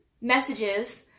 messages